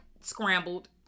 scrambled